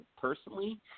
personally